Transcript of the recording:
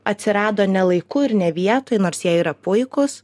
atsirado ne laiku ir ne vietoj nors jie yra puikūs